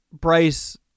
Bryce